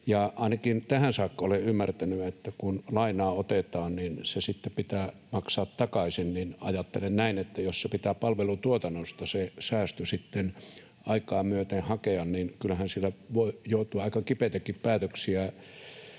ainakin tähän saakka olen ymmärtänyt, että kun lainaa otetaan, se sitten pitää maksaa takaisin, niin ajattelen näin, että jos pitää palvelutuotannosta se säästö sitten aikaa myöten hakea, niin kyllähän siellä voi joutua aika kipeitäkin päätöksiä